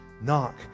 knock